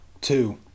two